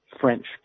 French